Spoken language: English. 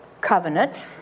covenant